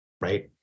Right